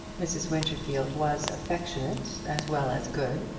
mrs. winterfield was affectionate as well as good,